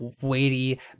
weighty